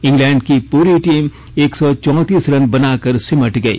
England की पूरी team एक सौ चौत्तीस रन बना कर सिमट गई